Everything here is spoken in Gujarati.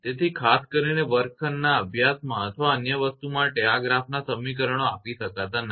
તેથી ખાસ કરીને વર્ગખંડના અભ્યાસ અથવા અન્ય વસ્તુ માટે આ ગ્રાફના આ સમીકરણો આપી શકાતા નથી